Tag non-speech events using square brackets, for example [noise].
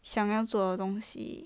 [noise] 想要做的东西